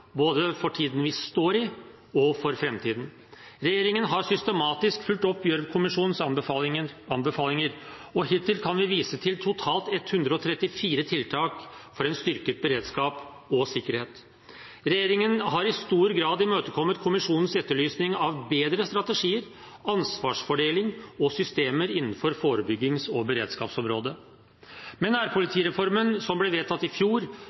både for tiden vi står i, og for framtiden. Regjeringen har systematisk fulgt opp Gjørv-kommisjonens anbefalinger, og hittil kan vi vise til totalt 134 tiltak for styrket beredskap og sikkerhet. Regjeringen har i stor grad imøtekommet kommisjonens etterlysning av bedre strategier, ansvarsfordeling og systemer innenfor forebyggings- og beredskapsområdet. Med nærpolitireformen, som ble vedtatt i fjor,